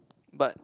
but